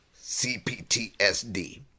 CPTSD